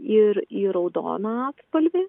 ir į raudoną atspalvį